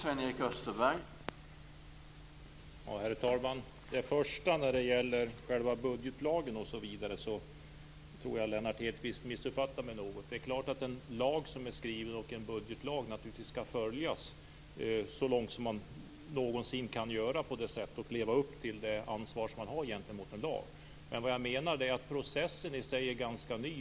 Herr talman! I den första frågan som gällde själva budgetlagen tror jag att Lennart Hedquist har missuppfattat mig något. Det är klart att en skriven lag skall följas så långt man någonsin kan och att man skall leva upp till det ansvar man har gentemot en lag. Men jag menar att processen i sig är ganska ny.